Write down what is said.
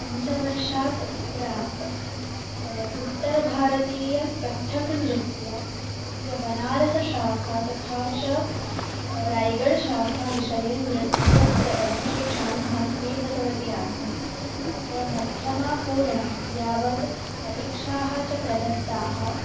पञ्चवर्षात् प्राक् उत्तरभारतीय कथ्थकनृत्यं तस्य बनारसशाखा तथा च रायगडशाखा विषये नृत्यं प्र प्रशिक्षणम् अहं स्वीकृतवती आसं तत्र मध्यमा पूर्ण यावद् परीक्षाः च प्रदत्ताः